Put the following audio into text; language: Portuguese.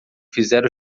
fizer